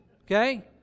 Okay